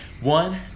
one